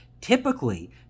typically